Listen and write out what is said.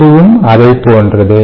இதுவும் அதைப் போன்றதே